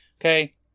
Okay